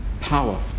power